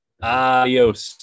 Adios